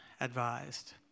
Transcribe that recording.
advised